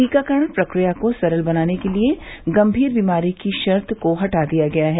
टीकाकरण प्रक्रिया को सरल बनाने के लिए गंभीर बीमारी की शर्त को हटा दिया गया है